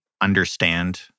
understand